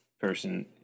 person